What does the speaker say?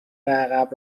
عقب